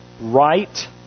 right